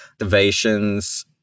innovations